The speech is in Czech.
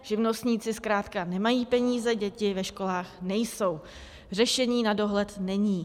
Živnostníci zkrátka nemají peníze, děti ve školách nejsou, řešení na dohled není.